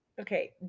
okay